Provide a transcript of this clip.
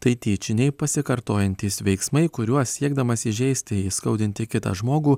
tai tyčiniai pasikartojantys veiksmai kuriuos siekdamas įžeisti įskaudinti kitą žmogų